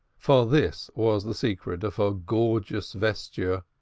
for this was the secret of her gorgeous vesture,